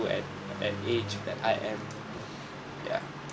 at an age that I am ya